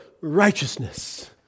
righteousness